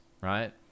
right